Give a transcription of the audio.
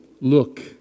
look